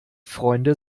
freunde